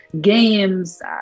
games